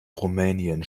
rumänien